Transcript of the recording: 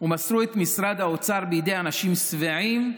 ומסרו את משרד האוצר בידי אנשים שבעים,